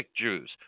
Jews